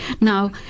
now